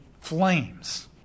flames